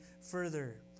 further